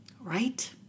right